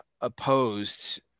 opposed